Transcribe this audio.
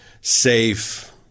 safe